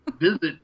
visit